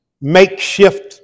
makeshift